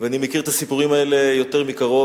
ואני מכיר את הסיפורים האלה יותר מקרוב,